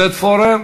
עודד פורר,